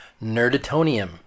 nerditonium